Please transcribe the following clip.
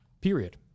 Period